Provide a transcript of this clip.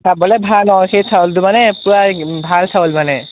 খাবলৈ ভাল আৰু সেই চাউলটো মানে পূৰা ভাল চাউল মানে